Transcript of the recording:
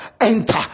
Enter